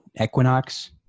Equinox